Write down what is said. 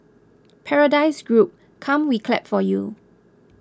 Paradise Group come we clap for you